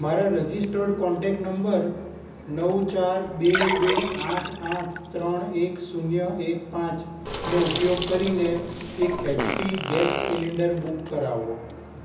મારા registered contact number નવ ચાર બે બે આઠ આઠ ત્રણ એક શૂન્ય એક પાંચ નો ઉપયોગ કરીને એક એચપી ગેસ સીલિન્ડર બુક કરાવો